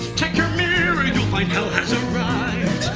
check your mirror you'll find hell has arrived.